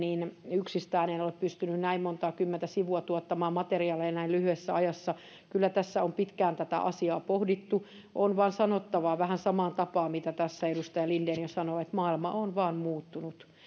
yksistään en ole pystynyt näin montaa kymmentä sivua tuottamaan materiaaleja näin lyhyessä ajassa kyllä tässä on pitkään tätä asiaa pohdittu on vain sanottava vähän samaan tapaan kuin tässä edustaja linden jo sanoi että maailma on vain muuttunut